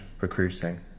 recruiting